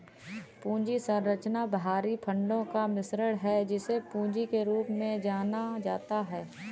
पूंजी संरचना बाहरी फंडों का मिश्रण है, जिसे पूंजी के रूप में जाना जाता है